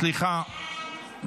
סליחה.